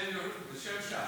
בשם ש"ס.